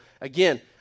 again